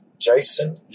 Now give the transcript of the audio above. Jason